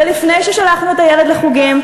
זה לפני ששלחנו את הילד לחוגים,